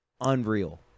Unreal